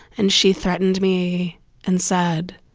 and she threatened me and said,